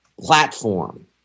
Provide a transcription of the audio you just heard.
platform